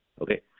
Okay